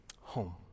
home